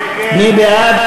בעד.